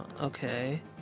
Okay